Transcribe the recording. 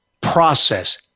process